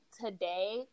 today